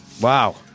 Wow